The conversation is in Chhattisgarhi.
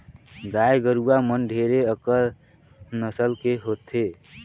गाय गरुवा मन ढेरे अकन नसल के होथे